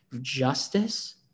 justice